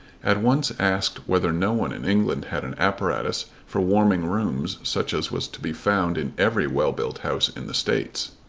at once asked whether no one in england had an apparatus for warming rooms such as was to be found in every well-built house in the states.